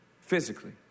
physically